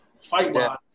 fight